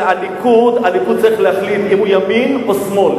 שהליכוד צריך להחליט אם הוא ימין או שמאל.